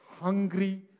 hungry